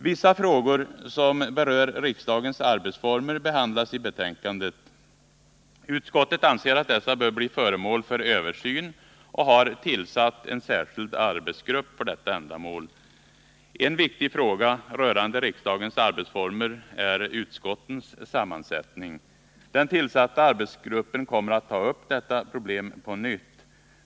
Vissa frågor som berör riksdagens arbetsformer behandlas i betänkandet. Utskottet anser att dessa bör bli föremål för översyn och har tillsatt en särskild arbetsgrupp för detta ändamål. En viktig fråga rörande riksdagens arbetsformer är utskottens sammansättning. Den tillsatta arbetsgruppen kommer att ta upp detta problem på nytt.